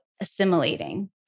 assimilating